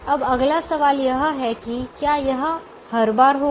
अब अगला सवाल यह है कि क्या यह हर बार होगा